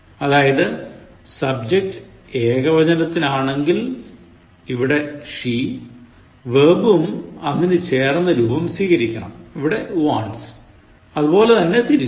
അതായത് subject ഏകവചനത്തിൽ ആണെങ്കിൽ ഇവിടെ "she" വെർബും അതിനു ചേർന്ന രൂപം സ്വീകരിക്കണം ഇവിടെ "wants" അതുപോലെ തന്നെ തിരിച്ചും